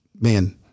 man—